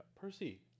Percy